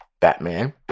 Batman